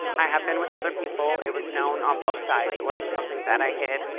i have been with other people. it was known on both sides. it wasn't something that i hid.